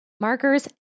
markers